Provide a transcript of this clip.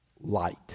light